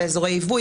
באזורי יבוא.